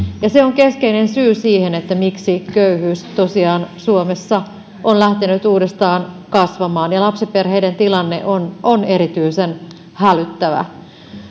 se on keskeinen syy siihen miksi köyhyys tosiaan suomessa on lähtenyt uudestaan kasvamaan ja lapsiperheiden tilanne on on erityisen hälyttävä